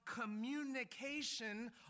communication